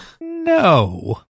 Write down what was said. No